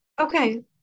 Okay